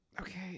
okay